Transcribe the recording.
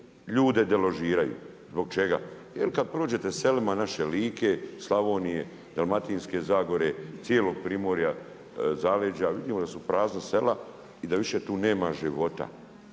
ljude deložiraju. Zbog čega? Je li kad prođete selima naše Like, Slavonije, Dalmatinske zagore, cijelog Primorja, zaleđa, vidimo da su prazna sela, i da više tu nema života.